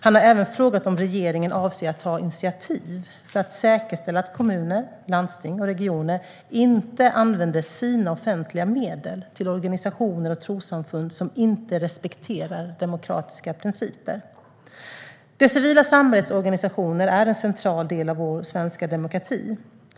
Han har även frågat om regeringen avser att ta initiativ för att säkerställa att kommuner, landsting och regioner inte använder sina offentliga medel till organisationer och trossamfund som inte respekterar demokratiska principer. Det civila samhällets organisationer är en central del av vår svenska demokrati.